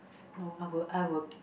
no I will I will